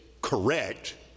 correct